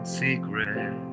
secret